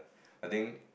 I think